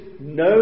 no